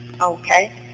Okay